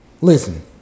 Listen